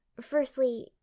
Firstly